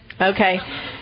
Okay